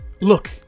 Look